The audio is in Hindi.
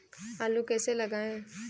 आलू कैसे लगाएँ?